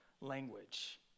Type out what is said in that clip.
language